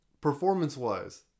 Performance-wise